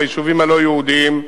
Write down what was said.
ביישובים הלא-יהודיים,